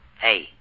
Hey